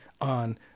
on